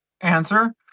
Answer